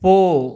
போ